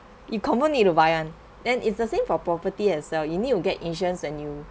you confirm need to buy one then it's the same for property as well you need to get insurance when you